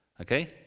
Okay